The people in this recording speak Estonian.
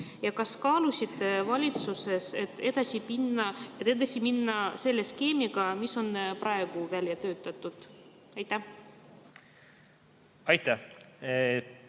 Ja kas kaalusite valitsuses, et edasi minna selle skeemiga, mis on praegu välja töötatud? Aitäh!